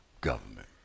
government